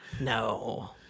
No